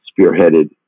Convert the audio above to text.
spearheaded